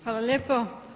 Hvala lijepo.